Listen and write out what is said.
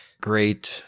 great